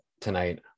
tonight